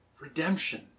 redemption